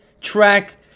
track